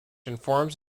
informs